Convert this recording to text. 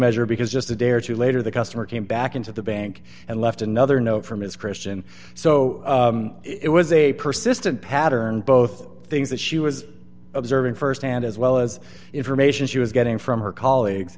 measure because just a day or two later the customer came back into the bank and left another note from his christian so it was a persistent pattern both things that she was observing firsthand as well as information she was getting from her